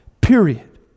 period